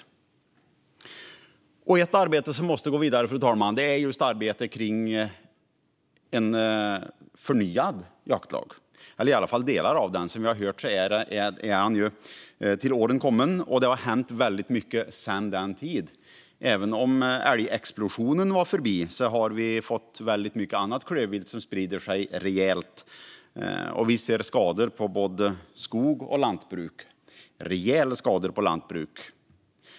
Till det arbete som måste gå vidare, fru talman, hör arbetet för att förnya jaktlagen, eller i alla fall delar av den. Som vi har hört sägas är den till åren kommen, och det har hänt väldigt mycket sedan den tiden. Älgexplosionen var förbi, men vi har fått väldigt mycket annat klövvilt som sprider sig rejält. Vi ser skador på både skog och lantbruk - rejäla skador på lantbruk.